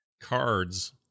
cards